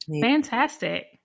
Fantastic